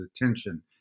attention